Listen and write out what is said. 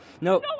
No